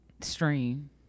Stream